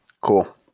Cool